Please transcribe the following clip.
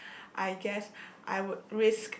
I guess I would risk